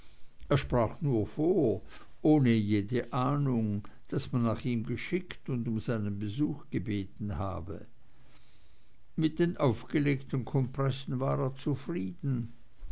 er sprach nur vor ohne jede ahnung daß man nach ihm geschickt und um seinen besuch gebeten habe mit den aufgelegten kompressen war er zufrieden